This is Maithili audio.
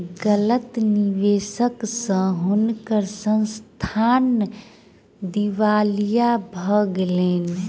गलत निवेश स हुनकर संस्थान दिवालिया भ गेलैन